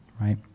right